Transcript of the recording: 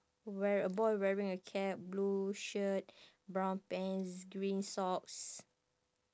where a boy wearing a cap blue shirt brown pants green socks